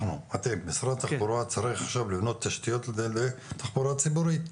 משרד התחבורה צריך עכשיו לבנות תשתיות לתחבורה ציבורית.